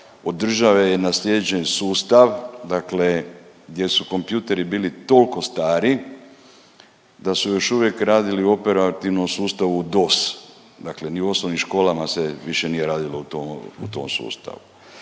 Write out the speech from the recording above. od države je naslijeđen sustav, dakle gdje su kompjuteri bili toliko stari da su još uvijek radili operativno u sustavu DOS, dakle ni u osnovnim školama se više nije radilo u tom sustavu.